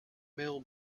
mill